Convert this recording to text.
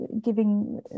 giving